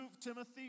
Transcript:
Timothy